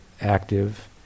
active